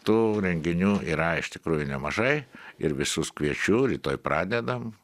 tų renginių yra iš tikrųjų nemažai ir visus kviečiu rytoj pradedam